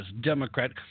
democrat